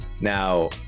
Now